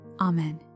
Amen